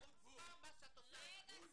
יש גבול למה ש --- רגע,